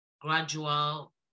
gradual